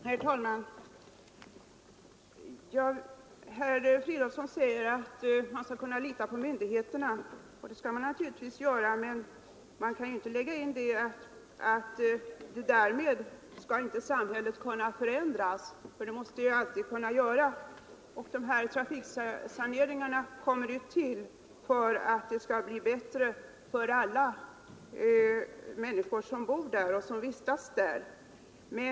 Herr talman! Herr Fridolfsson säger att man skall kunna lita på myndigheterna, och det skall man naturligtvis göra, men det får inte innebära att samhället inte skall kunna förändras. Sådana förändringar måste alltid kunna ske. Trafiksaneringarna genomförs för att man skall åstadkomma bättre förhållanden för alla dem som bor och vistas inom ett visst område.